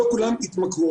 לא כולם יתמכרו,